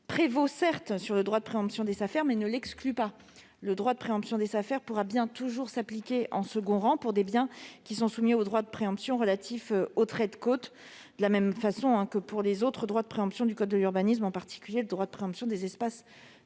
prévalait sur le droit de préemption des Safer, mais ne l'excluait pas. En effet, le droit de préemption des Safer pourra toujours s'appliquer en second rang pour des biens soumis au droit de préemption relatif au trait de côte, de la même façon que pour les autres droits de préemption du code de l'urbanisme, en particulier le droit de préemption des espaces